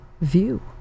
view